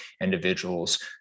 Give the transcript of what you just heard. individuals